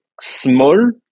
small